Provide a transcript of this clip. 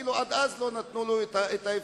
אפילו עד אז לא נתנו לו את האפשרות.